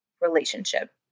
relationship